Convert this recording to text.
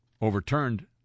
overturned